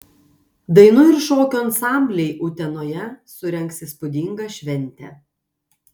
dainų ir šokių ansambliai utenoje surengs įspūdingą šventę